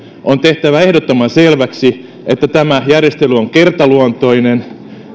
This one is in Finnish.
on tehtävä ehdottoman selväksi että tämä järjestely on kertaluontoinen